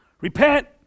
repent